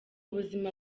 buzima